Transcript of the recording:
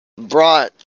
brought